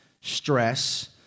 stress